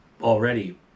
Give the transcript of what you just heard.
already